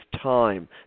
time